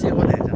借我乃至